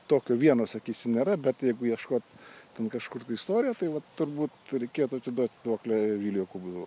tokio vieno sakysim nėra bet jeigu ieškot ten kažkur tai istorija tai vat turbūt reikėtų atiduoti duoklę viliui jokūbui